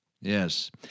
Yes